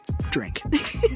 drink